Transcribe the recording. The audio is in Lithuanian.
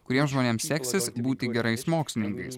kuriems žmonėms seksis būti gerais mokslininkais